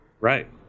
right